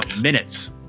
minutes